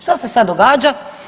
Šta se sad događa?